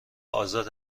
آزاد